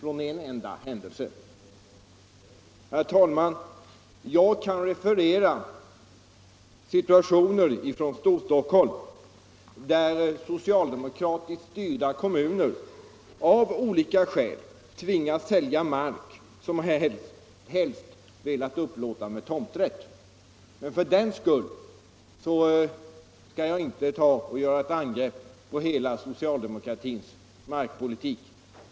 Jag kan referera till situationer i Storstockholm, där socialdemokratiskt styrda kommuner av olika anledningar tvingats sälja mark som de helst velat upplåta med tomträtt, men för den skull skall jag inte göra ett angrepp på hela socialdemokratins markpolitik.